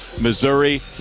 Missouri